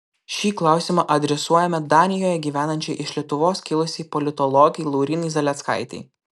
šį klausimą adresuojame danijoje gyvenančiai iš lietuvos kilusiai politologei laurynai zaleckaitei